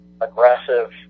aggressive